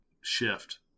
shift